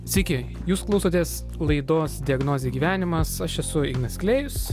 sveiki jūs klausotės laidos diagnozė gyvenimas aš esu ignas klėjus